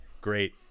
Great